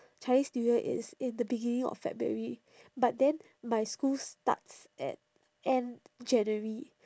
chinese new year is in the beginning of february but then my school starts at end january